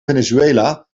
venezuela